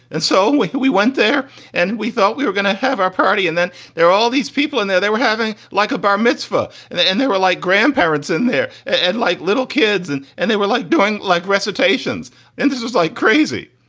and so when we went there and we thought we were gonna have our party and then there are all these people in there, they were having like a bar mitzvah and they and they were like grandparents in there and like little kids and and they were like doing like recitations. and this was like crazy.